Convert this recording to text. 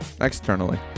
externally